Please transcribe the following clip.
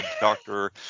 doctor